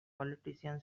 politician